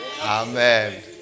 Amen